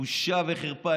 בושה וחרפה.